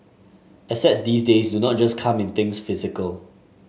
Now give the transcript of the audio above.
assets these days do not just come in things physical